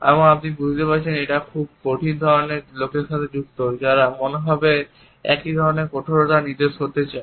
এবং আপনি বুঝতে পারেন এটি খুব কঠিন লোকেদের সাথে যুক্ত যারা তাদের মনোভাবের মধ্যে একই ধরণের কঠোরতা নির্দেশ করতে চায়